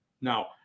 Now